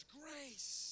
grace